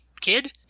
kid